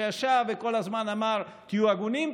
שישב וכל הזמן אמר "תהיו הגונים,